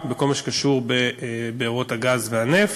סביבה, בכל מה שקשור בבארות הגז והנפט.